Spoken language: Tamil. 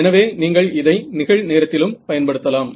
எனவே நீங்கள் இதை நிகழ் நேரத்திலும் பயன்படுத்தலாம்